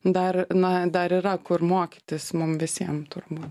dar na dar yra kur mokytis mum visiem turbūt